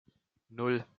nan